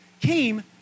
came